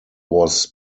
was